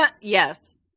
Yes